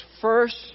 first